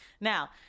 Now